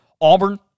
Auburn